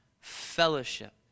fellowship